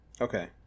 Okay